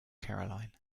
caroline